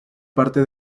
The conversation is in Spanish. parte